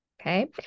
okay